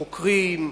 חוקרים,